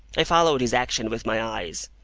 i followed his action with my eyes,